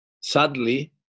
Sadly